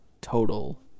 total